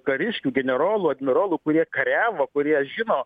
kariškių generolų admirolų kurie kariavo kurie žino